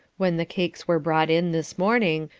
when the cakes were brought in this morning,